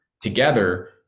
together